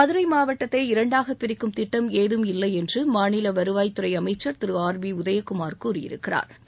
மதுரை மாவட்டத்தை இரண்டாக பிரிக்கும் திட்டம் ஏதும் இல்லை என்று மாநில வருவாய் துறை அமைச்சா் திரு ஆர் பி உதயகுமாா் கூறியிருக்கிறாா்